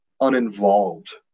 uninvolved